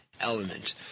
element